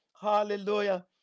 Hallelujah